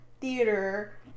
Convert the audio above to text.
theater